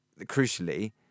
crucially